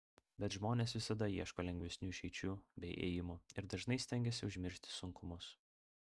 bet žmonės visada ieško lengvesnių išeičių bei ėjimų ir dažnai stengiasi užmiršti sunkumus